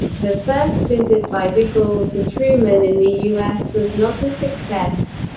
the first visit by de gaulle to truman in the u s. was not a success.